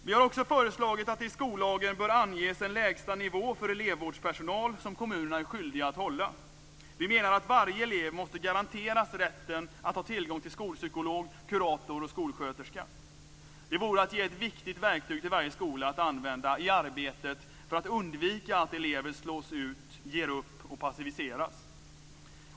Vi har också föreslagit att det i skollagen bör anges en lägsta nivå för elevvårdspersonal som kommunerna är skyldiga att hålla. Vi menar att varje elev måste garanteras rätten att ha tillgång till skolpsykolog, kurator och skolsköterska. Det vore att ge ett viktigt verktyg till varje skola att använda i arbetet för att undvika att elever slås ut, ger upp och passiviseras.